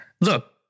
look